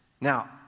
Now